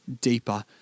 deeper